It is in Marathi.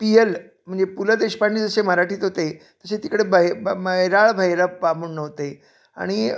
पी एल म्हणजे पु ल देशपांडे जसे मराठीत होते तसे तिकडे बहि ब मैराळ भैरप्पा म्हणून होते आणि